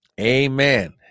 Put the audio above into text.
Amen